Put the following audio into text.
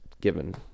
given